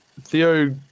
Theo